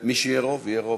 למי שיהיה רוב, יהיה רוב.